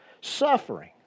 suffering